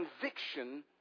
conviction